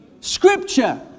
Scripture